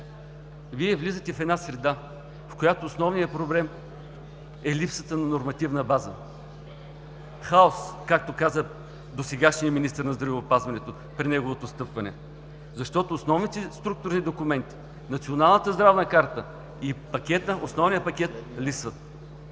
Вие влизате в една среда, в която основният проблем е липсата на нормативна база. Хаос, както каза досегашният министър на здравеопазването при неговото встъпване. Защото основните структурни документи, Националната здравна карта и основният пакет липсват.